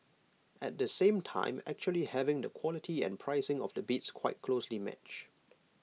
at the same time actually having the quality and pricing of the bids quite closely matched